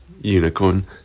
Unicorn